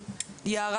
בבקשה.